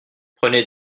prenez